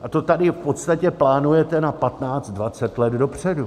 A to tady v podstatě plánujete na patnáct, dvacet let dopředu.